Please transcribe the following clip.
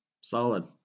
Solid